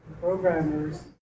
programmers